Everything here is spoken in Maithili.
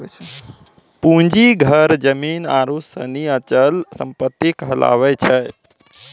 पूंजी घर जमीन आरु सनी अचल सम्पत्ति कहलावै छै